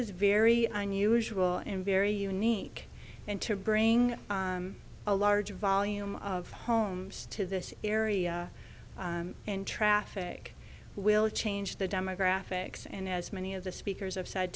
is very unusual and very unique and to bring a large volume of homes to this area and traffic will change the demographics and as many of the speakers of said